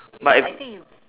but I